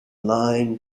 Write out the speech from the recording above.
line